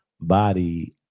body